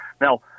Now